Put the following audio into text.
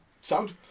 sound